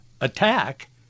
attack